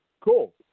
Cool